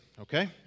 okay